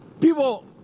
People